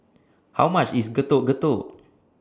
How much IS Getuk Getuk